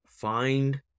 Find